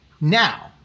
now